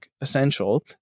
essential